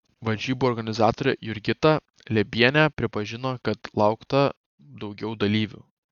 varžybų organizatorė jurgita liebienė pripažino kad laukta daugiau dalyvių